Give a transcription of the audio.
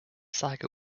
saga